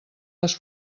les